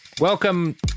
welcome